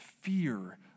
fear